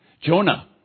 Jonah